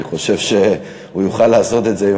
אני חושב שהוא יוכל לעשות את זה.